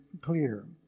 clear